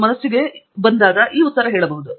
ಎಂದು ಮನಸ್ಸಿಗೆ ಬರುವ ಉತ್ತರ ಹೇಳಬಹುದು